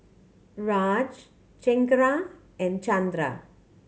Raj Chengara and Chandra